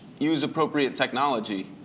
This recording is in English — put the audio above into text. use appropriate technology.